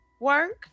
work